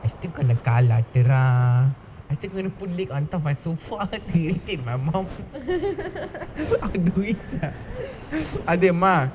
I'm still கால் ஆட்டுறான்:kaal aatturaan I'm still going to put leg on top of my sofa irritate my mum அது:athu mah